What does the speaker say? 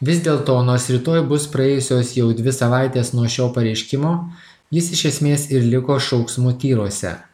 vis dėlto nors rytoj bus praėjusios jau dvi savaitės nuo šio pareiškimo jis iš esmės ir liko šauksmu tyruose